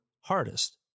hardest